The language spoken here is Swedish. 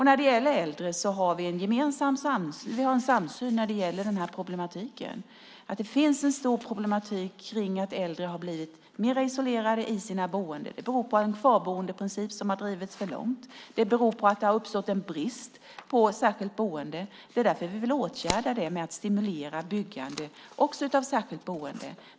När det gäller äldre har vi en samsyn i fråga om denna problematik. Det finns en stor problematik kring att äldre har blivit mer isolerade i sina boenden. Det beror på en kvarboendeprincip som har drivits för långt. Det beror på att det har uppstått en brist på särskilt boende. Det är därför som vi vill åtgärda det genom att stimulera byggande också av särskilt boende.